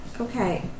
okay